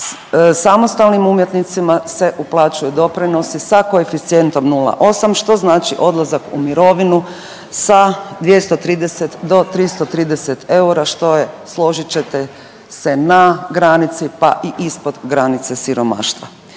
samostalnim umjetnicima se uplaćuju doprinosi sa koeficijentom 0,8 što znači odlazak u mirovinu sa 230 do 330 eura što je složit ćete se na granici pa i ispod granice siromaštva.